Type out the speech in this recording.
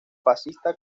fascista